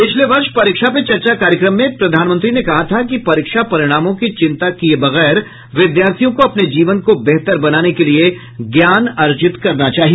पिछले वर्ष परीक्षा पे चर्चा कार्यक्रम में प्रधानमंत्री ने कहा था कि परीक्षा परिणामों की चिंता किये बगैर विद्यार्थियों को अपने जीवन को बेहतर बनाने के लिए ज्ञान अर्जित करना चाहिए